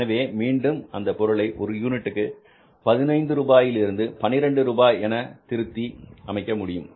எனவே மீண்டும் அந்தப் பொருளை ஒரு யூனிட்டுக்கு பதினைந்து ரூபாய் என்பதில் இருந்து 12 ரூபாய் வரை திருத்தி அமைக்க முடியும்